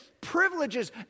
privileges